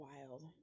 wild